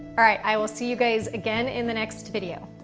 alright, i will see you guys again in the next video.